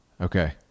Okay